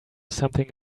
something